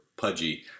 pudgy